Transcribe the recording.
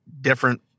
different